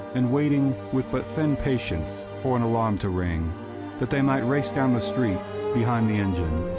and waiting with but thin patience for an alarm to ring that they might race down the street behind the engine,